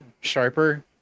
sharper